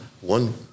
One